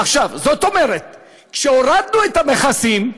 עכשיו, זאת אומרת שהורדנו את המכסים,